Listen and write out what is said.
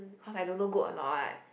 cause I don't know good or not what